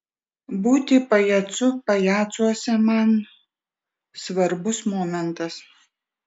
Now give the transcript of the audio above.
būti pajacu pajacuose man svarbus momentas